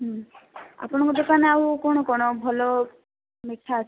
ହୁଁ ଆପଣଙ୍କ ଦୋକାନେ ଆଉ କଣ କଣ ଭଲ ମିଠା ଅଛି